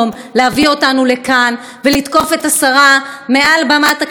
להביא אותנו לכאן ולתקוף את השרה מעל במת הכנסת,